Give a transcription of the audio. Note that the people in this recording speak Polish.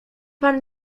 pan